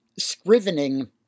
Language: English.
scrivening